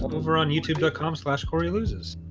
over on youtube dot com slash cory loses